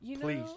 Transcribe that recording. Please